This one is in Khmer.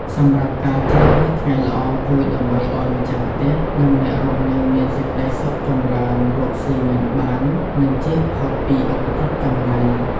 សម្រាប់ការជ្រើសរើសថ្ងៃល្អ គឺដើម្បីឲ្យម្ចាស់ផ្ទះ និងអ្នករស់នៅមានសេចក្តីសុខចម្រើន រកស៊ីមានបាន និងជៀសផុតពីឧបទ្រពចង្រៃ។